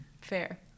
fair